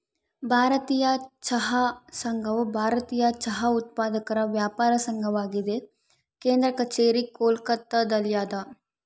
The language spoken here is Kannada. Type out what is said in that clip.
ಭಾರತೀಯ ಚಹಾ ಸಂಘವು ಭಾರತೀಯ ಚಹಾ ಉತ್ಪಾದಕರ ವ್ಯಾಪಾರ ಸಂಘವಾಗಿದೆ ಕೇಂದ್ರ ಕಛೇರಿ ಕೋಲ್ಕತ್ತಾದಲ್ಯಾದ